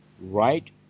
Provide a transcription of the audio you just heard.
right